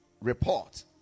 report